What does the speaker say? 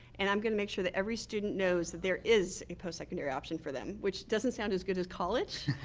and i'm going to make sure that every student knows that there is a post-secondary option for them, which doesn't sound as good as college,